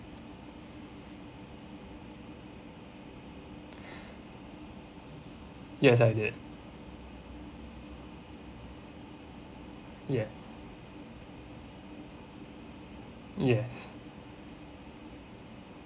yes I did ya yes